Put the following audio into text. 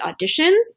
auditions